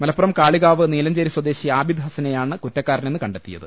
മലപ്പുറം കാളികാവ് നീലഞ്ചേരി സ്വദേശി ആബിദ് ഹസനെയാണ് കുറ്റക്കാരനെന്ന് കണ്ടെത്തിയത്